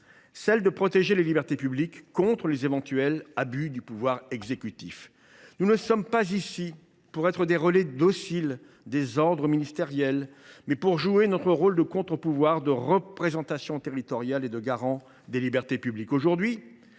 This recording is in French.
celle de protéger les libertés publiques contre les éventuels abus du pouvoir exécutif. Nous siégeons ici non pas pour être des relais dociles des ordres ministériels, mais pour jouer notre rôle de contre pouvoir, de représentation territoriale et de garant des libertés publiques.